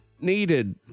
needed